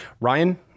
Ryan